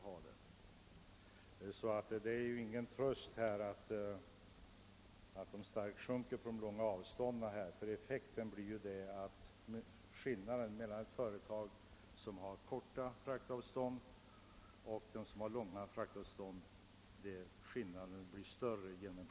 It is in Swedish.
Det är alltså ingen tröst att kostnaderna sjunker starkt på de långa avstånden, ty effekten av ett procentuellt tillägg blir att skillnaden mellan ett företag som har korta fraktavstånd och ett som har långa förstoras.